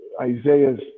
Isaiah's